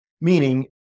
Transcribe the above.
meaning